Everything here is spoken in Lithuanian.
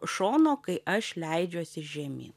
šono kai aš leidžiuosi žemyn